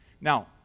Now